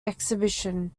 exhibition